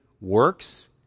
works